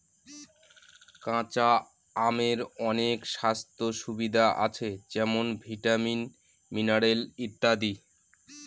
কাঁচা আমের অনেক স্বাস্থ্য সুবিধা আছে যেমন ভিটামিন, মিনারেল ইত্যাদি